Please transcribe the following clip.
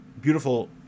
beautiful